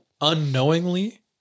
unknowingly